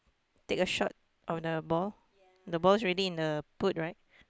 take a shot on the ball the ball is already in the putt right